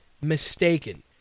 mistaken